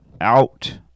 out